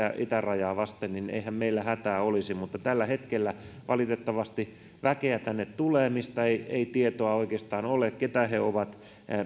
itärajaa vasten niin eihän meillä hätää olisi mutta tällä hetkellä valitettavasti väkeä tänne tulee eikä tietoa oikeastaan ole keitä he he ovat